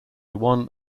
one